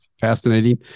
fascinating